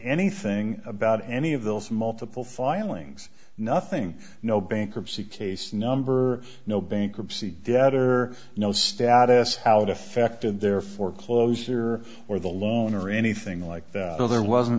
anything about any of those multiple filings nothing no bankruptcy case number no bankruptcy debtor no status how it affected their four closer or the loan or anything like that so there wasn't